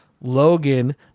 Logan